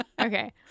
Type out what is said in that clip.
Okay